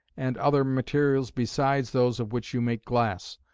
and other materials besides those of which you make glass.